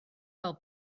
fel